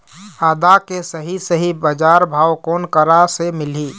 आदा के सही सही बजार भाव कोन करा से मिलही?